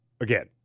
again